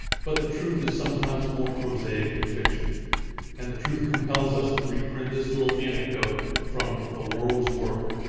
but the truth is sometimes more prosaic than fiction and the truth compels us to reprint this little anecdote from the world's work.